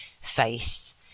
face